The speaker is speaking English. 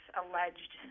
alleged